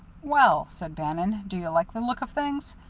well, said bannon, do you like the look of things?